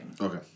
Okay